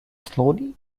slowly